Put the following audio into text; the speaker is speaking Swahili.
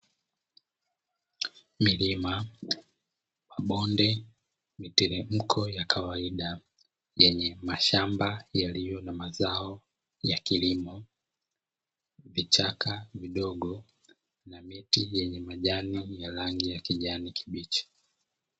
Milima, mabonde, miteremko ya kawaida yenye mashamba yaliyo na mazao ya kilimo, vichaka vidogo, na miti yenye majani ya rangi ya kijani kibichi.